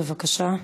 בבקשה.